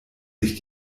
sich